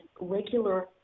regular